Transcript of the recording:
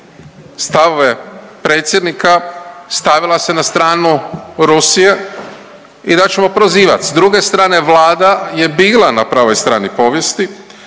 stavove predsjednika stavila se na stranu Rusije i da ćemo prozivat. S druge strane Vlada je bila na pravoj strani povijesti,